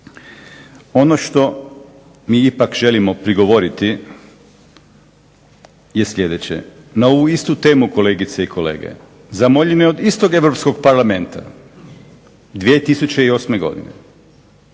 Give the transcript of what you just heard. Ono što mi ipak želimo prigovoriti je sljedeće. Na ovu istu temu kolegice i kolege, zamoljeni od istog Europskog parlamenta 2008. godine